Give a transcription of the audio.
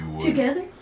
Together